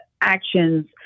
actions